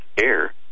air